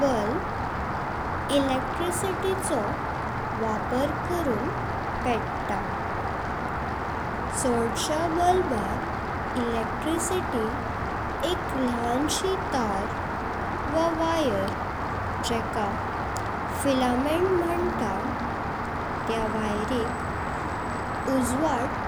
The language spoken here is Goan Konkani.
बल्ब इलेक्ट्रिसिटी चो वापर करून पेट्टा। चडशा बल्बात इलेक्ट्रिसिटी एक ल्हांशी तार वा वायर, जेका फिलामेंट म्हंता त्यां वायर'इक उजवाड